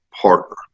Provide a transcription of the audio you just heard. partner